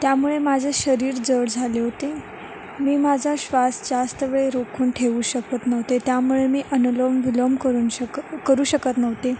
त्यामुळे माझं शरीर जड झाले होते मी माझा श्वास जास्त वेळ रोखून ठेवू शकत नव्हते त्यामुळे मी अनुलोम विलोम करून शक करू शकत नव्हते